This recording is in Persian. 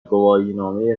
گواهینامه